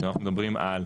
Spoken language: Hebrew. כשאנחנו מדברים על,